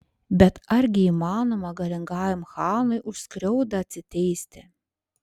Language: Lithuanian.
bet argi įmanoma galingajam chanui už skriaudą atsiteisti